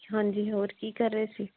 ਹਾਂਜੀ ਹੋਰ ਕੀ ਕਰ ਰਹੇ ਸੀ